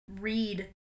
read